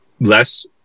less